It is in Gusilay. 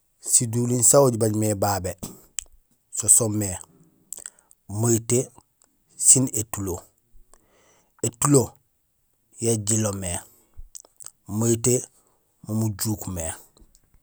Siduliin saan oli jibaaj mé babé soomé mayitee sén étulo. Étulo yo ijiilo mé mayitee mo mujuuk mé.